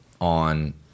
on